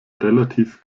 relativ